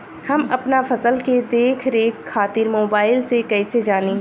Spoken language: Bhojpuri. हम अपना फसल के देख रेख खातिर मोबाइल से कइसे जानी?